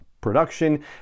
production